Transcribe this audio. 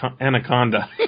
anaconda